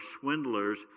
swindlers